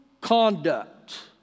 conduct